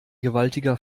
gewaltiger